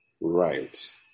right